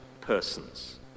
persons